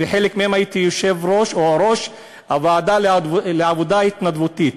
בחלק מהם הייתי יושב-ראש או ראש הוועדה לעבודה התנדבותית,